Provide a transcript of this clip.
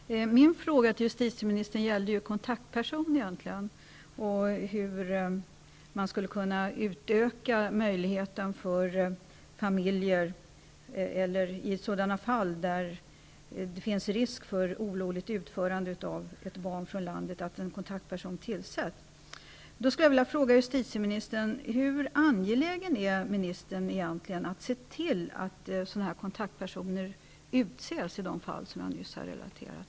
Fru talman! Min fråga till justitieministern gällde egentligen kontaktpersoner och om inte en kontaktperson skulle kunna tillsättas i fall där det finns risk för olovligt utförande av ett barn från landet. Hur angelägen är justitieministern egentligen att se till att sådana här kontaktpersoner utses i de fall jag nyss har relaterat?